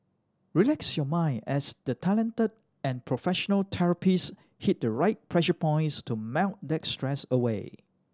relax your mind as the talented and professional therapist hit the right pressure points to melt that stress away